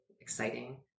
exciting